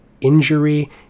injury